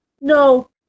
No